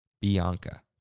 Bianca